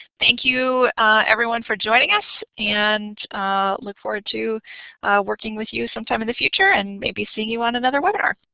thank you everyone for joining us and look forward to working with you sometime in the future and maybe seeing you on another webinar.